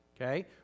Okay